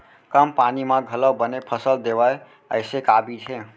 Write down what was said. कम पानी मा घलव बने फसल देवय ऐसे का बीज हे?